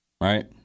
Right